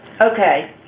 okay